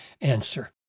answer